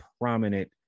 prominent